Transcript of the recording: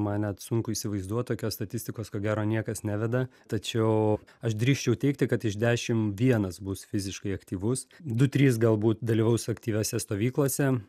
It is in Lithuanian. man net sunku įsivaizduot tokios statistikos ko gero niekas neveda tačiau aš drįsčiau teigti kad iš dešim vienas bus fiziškai aktyvus du trys galbūt dalyvaus aktyviose stovyklose